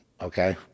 okay